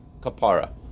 kapara